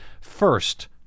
first